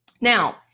Now